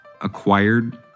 acquired